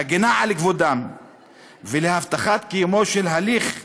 להגנה על כבודם ולהבטחת קיומו של הליך הוגן,